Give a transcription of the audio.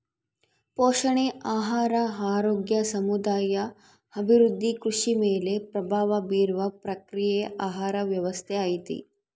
ಪೋಷಣೆ ಆಹಾರ ಆರೋಗ್ಯ ಸಮುದಾಯ ಅಭಿವೃದ್ಧಿ ಕೃಷಿ ಮೇಲೆ ಪ್ರಭಾವ ಬೀರುವ ಪ್ರಕ್ರಿಯೆಯೇ ಆಹಾರ ವ್ಯವಸ್ಥೆ ಐತಿ